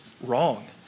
wrong